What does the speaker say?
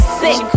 sick